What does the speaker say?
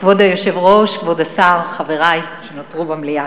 כבוד היושב-ראש, כבוד השר, חברי שנותרו במליאה,